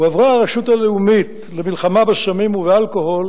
הועברה הרשות הלאומית למלחמה בסמים ובאלכוהול